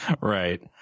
Right